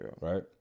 right